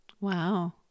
Wow